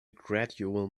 gradual